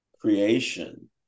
creation